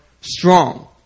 strong